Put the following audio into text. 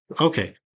Okay